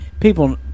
People